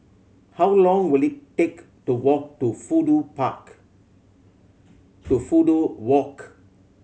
how long will it take to walk to Fudu Park to Fudu Walk